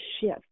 shift